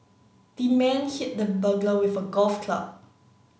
the man hit the burglar with a golf club